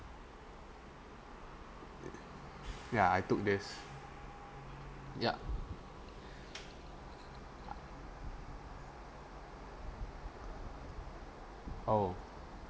ya I took this ya oh